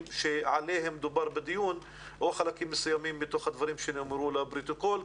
שעליהם דובר בדיון או חלקים מסוימים בתוך הדברים שנאמרו לפרוטוקול,